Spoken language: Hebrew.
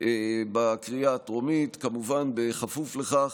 בקריאה הטרומית, כמובן בכפוף לכך